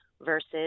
versus